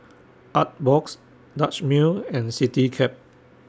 Artbox Dutch Mill and Citycab